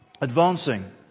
advancing